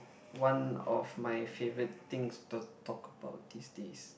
one of my favourite things to talk about these days